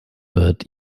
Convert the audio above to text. wird